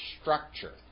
structure